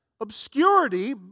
Obscurity